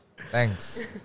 Thanks